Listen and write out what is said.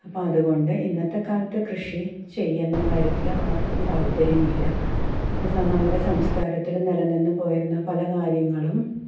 അപ്പം അതുകൊണ്ട് ഇന്നത്തെക്കാലത്ത് കൃഷി ചെയ്യുന്ന കാര്യത്തിൽ ആര്ക്കും താത്പര്യമില്ല എന്നു വെച്ചാൽ നമ്മുടെ സംസ്കാരത്തിൽ നിലനിന്ന് പോയിരുന്ന പല കാര്യങ്ങളും